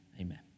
Amen